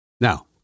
Now